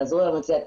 תעזרו להם לצאת.